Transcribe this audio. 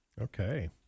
Okay